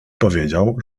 powiedział